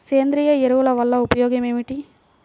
సేంద్రీయ ఎరువుల వల్ల ఉపయోగమేమిటీ?